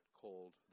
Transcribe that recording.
called